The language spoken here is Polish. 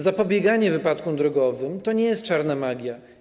Zapobieganie wypadkom drogowym to nie jest czarna magia.